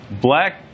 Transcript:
black